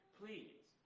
please